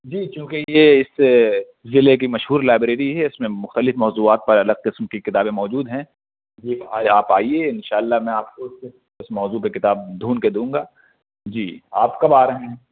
جی چوںکہ یہ اس ضلع کی مشہور لائبریری ہے اس میں مختلف موضوعات پر الگ قسم کی کتابیں موجود ہیں جی آج آپ آئیے ان شاء اللہ میں آپ کو اس موضوع پر کتاب ڈھونڈ کے دوں گا جی آپ کب آ رہے ہیں